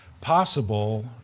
possible